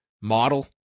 model